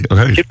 Okay